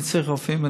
אני צריך רופאים,